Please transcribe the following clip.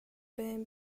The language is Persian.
بهم